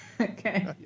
Okay